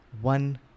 one